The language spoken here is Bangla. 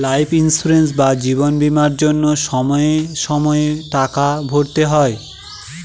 লাইফ ইন্সুরেন্স বা জীবন বীমার জন্য সময়ে সময়ে টাকা ভরতে হয়